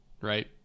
right